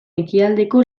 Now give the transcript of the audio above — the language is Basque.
ekialdeko